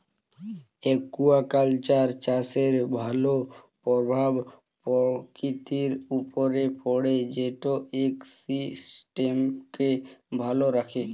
aquaculture চাষের ভালো পরভাব পরকিতির উপরে পড়ে যেট ইকসিস্টেমকে ভালো রাখ্যে